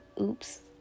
oops